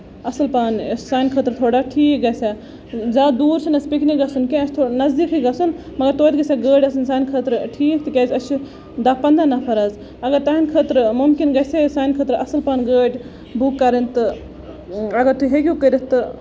اَصٕل پَہن یۄس سانہِ خٲطرٕ تھوڑا ٹھیٖک گژھِ ہا زیادٕ دوٗر چھُنہٕ اَسہِ پکنِک گژھُن کیٚنہہ اَسہِ چھُ تھوڑا نَزدیٖکٕے گژھُن مَگر توتہِ گژھِ گٲڑۍ آسٕنۍ سانہِ خٲطرٕ ٹھیٖک تِکیازِ أسۍ چھِ دہ پَندہ نَفر حظ اَگر تُہُندۍ خٲطرٕ مُمکِن گژھِ سانہِ خٲطرٕ اَصٕل گٲڑۍ بُک کَرٕنۍ تہٕ اَگر تُہۍ ہٮ۪کِو کٔرِتھ تہٕ